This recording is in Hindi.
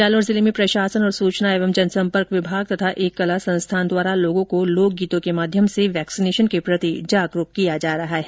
जालौर जिले में प्रशासन और सूचना एवं जनसंपर्क विभाग और एक कला संस्थान द्वारा लोगों को लोक गीतों के माध्यम से वैक्सीनेशन के प्रति जागरूक किया जा रहा है